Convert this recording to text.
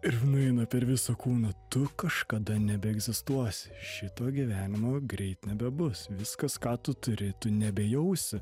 ir nueina per visą kūną tu kažkada nebeegzistuosi šito gyvenimo greit nebebus viskas ką tu turi tu neabejausi